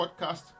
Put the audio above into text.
Podcast